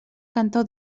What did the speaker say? cantó